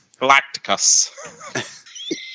Galacticus